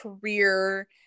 career